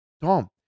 Tom